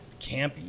campy